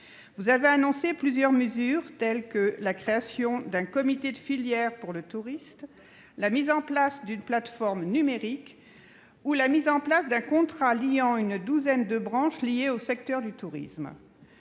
Vous avez annoncé plusieurs mesures, telles que la création d'un comité de filière pour le tourisme, la mise en place d'une plateforme numérique, ou l'instauration d'un contrat liant une douzaine de branches relevant du secteur du tourisme.